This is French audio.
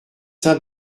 saint